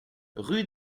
rue